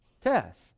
test